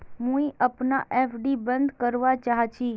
मुई अपना एफ.डी बंद करवा चहची